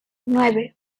nueve